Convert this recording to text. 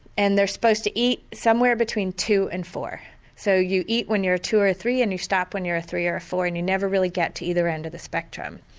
and they're supposed to eat somewhere between two and four so you eat when you are two or three and you stop when you are a three or four and you never really get to either end of the spectrum.